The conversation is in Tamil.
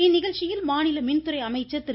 இந்நிகழ்ச்சியில் மாநில மின்துறை அமைச்சர் திரு